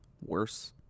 worse